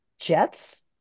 Jets